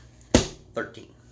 thirteen